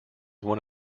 one